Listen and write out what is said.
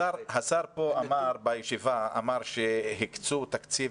השר אמר בישיבה שהקצו תקציב,